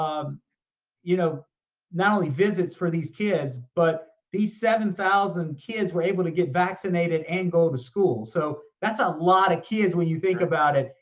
um you know not only visits for these kids, but these seven thousand kids were able to get vaccinated and go to school. so that's a lot of kids when you think about it.